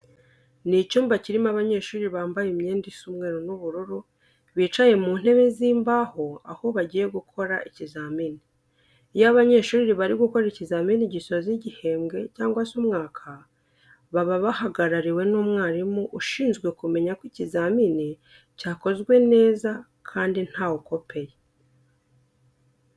Ni icyumba kirimo abanyeshuri bambaye imyenda isa umweru n'ubururu, bicaye mu ntebe z'imbaho aho bagiye gukora ikizamini. Iyo abanyeshuri bari gukora ikizamini gisoza igihembwe cyangwa se umwaka baba bahagarariwe n'umwarimu ushinzwe kumenya ko ikizamini cyakozwe neza kandi ntawe ukopeye.